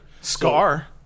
Scar